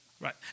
Right